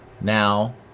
Now